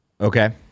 Okay